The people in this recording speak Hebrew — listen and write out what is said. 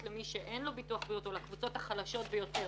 למי שאין לו ביטוח בריאות או לקבוצות החלשות ביותר.